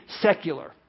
secular